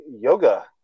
yoga